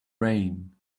rain